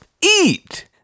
eat